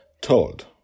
Told